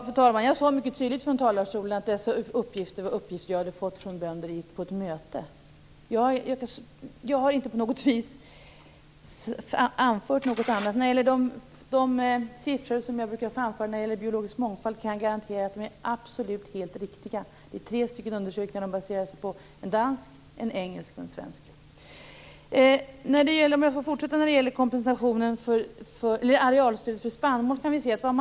Fru talman! Jag sade mycket tydligt från talarstolen att jag fått dessa uppgifter från bönder på ett möte. Jag har inte på något vis anfört något annat. Vad gäller de siffror som jag brukar anföra när det gäller biologisk mångfald kan jag garantera att de är absolut helt riktiga. De baserar sig på tre undersökningar - en dansk, en engelsk och en svensk.